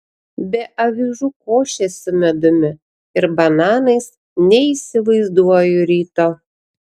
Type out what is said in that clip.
be avižų košės su medumi ir bananais neįsivaizduoju ryto